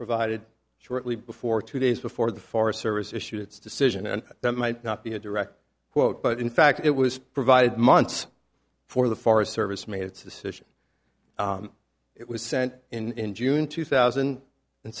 provided shortly before two days before the forest service issued its decision and that might not be a direct quote but in fact it was provided months for the forest service made its decision it was sent in june two thousand and